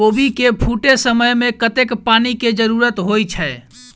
कोबी केँ फूटे समय मे कतेक पानि केँ जरूरत होइ छै?